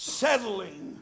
settling